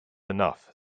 enough